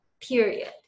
period